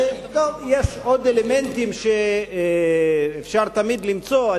טוב, יש עוד אלמנטים שאפשר תמיד למצוא.